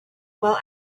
while